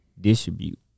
distribute